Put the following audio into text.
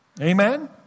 Amen